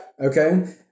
Okay